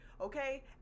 okay